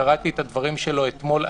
קראתי את הדברים שלו אתמול.